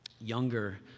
younger